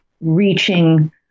reaching